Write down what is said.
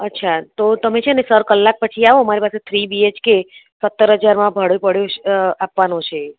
અચ્છા તો તમે છે ને સર કલાક પછી આવો મારી પાસે થ્રી બીએચકે સત્તર હજારમાં ભાડે પડ્યો આપવાનો છે